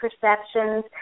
perceptions